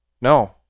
No